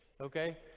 okay